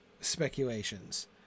speculations